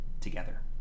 together